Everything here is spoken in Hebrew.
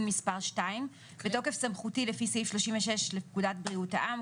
מס' 2). בתוקף סמכותי לפי סעיף 36 לפקודת בריאות העם,